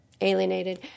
alienated